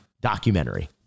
documentary